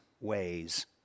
ways